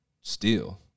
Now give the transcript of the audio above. steel